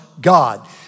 God